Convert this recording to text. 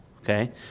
Okay